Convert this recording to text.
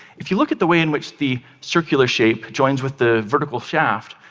if you look at the way in which the circular shape joins with the vertical shaft,